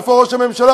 איפה ראש הממשלה?